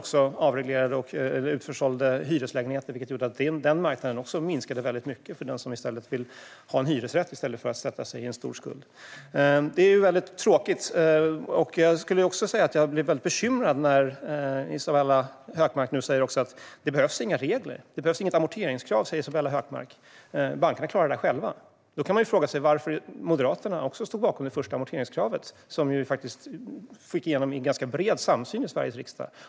Man avreglerade och utförsålde hyreslägenheter, vilket gjorde att marknaden minskade mycket också för dem som vill ha en hyresrätt i stället för att sätta sig i stor skuld. Det är tråkigt. Jag blir bekymrad när Isabella Hökmark säger att det inte behövs några regler. Det behövs inget amorteringskrav, säger Isabella Hökmark. Bankerna klarar det där själva. Då kan man fråga sig varför Moderaterna stod bakom det första amorteringskravet, som vi fick igenom i ganska bred samsyn i Sveriges riksdag.